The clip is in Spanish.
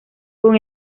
con